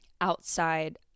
outside